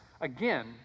again